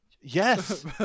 yes